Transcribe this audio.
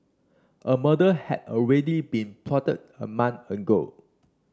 a murder had already been plotted a month ago